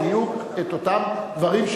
בדיוק את אותם דברים,